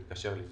להתקשר ולבדוק.